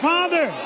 Father